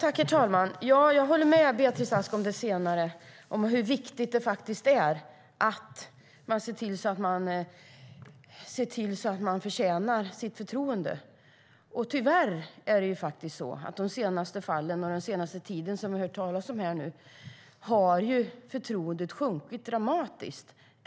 Herr talman! Jag håller med Beatrice Ask om det senare, alltså om hur viktigt det faktiskt är att man ser till att man förtjänar sitt förtroende. Tyvärr är det faktiskt så att när det gäller de fall som vi har hört talas om under den senaste tiden har förtroendet sjunkit dramatiskt.